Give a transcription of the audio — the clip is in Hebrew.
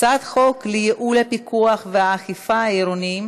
הצעת חוק לייעול הפיקוח והאכיפה העירוניים